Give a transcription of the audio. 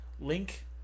Link